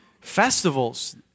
festivals